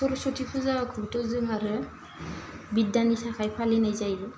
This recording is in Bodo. सरस्वती फुजाखौथ' जों आरो बिद्दानि थाखाय फालिनाय जायो